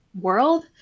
world